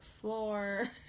floor